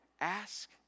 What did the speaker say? Ask